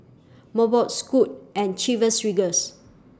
Mobot Scoot and Chivas Regal